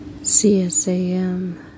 CSAM